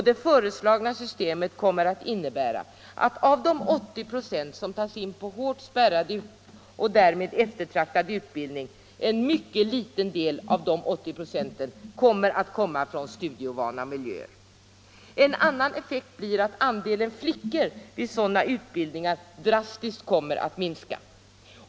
Det föreslagna systemet kommer att innebära att av de 80 926 som tas in på hårt spärrade och därmed eftertraktade utbildningslinjer kommer en mycket liten del från studieovana miljöer. En annan effekt blir att andelen flickor på sådana utbildningslinjer drastiskt kommer att minska.